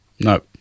No